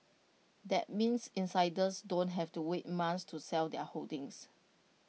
that means insiders don't have to wait months to sell their holdings